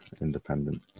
independent